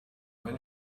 when